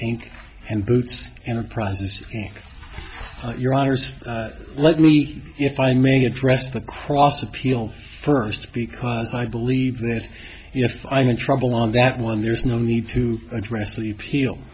inc and boots enterprises inc your honour's let me if i may address the cross appeal first because i believe that if i'm in trouble on that one there's no need to address the appeal